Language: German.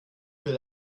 will